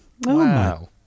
Wow